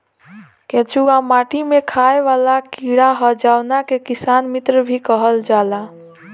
केचुआ माटी में खाएं वाला कीड़ा ह जावना के किसान मित्र भी कहल जाला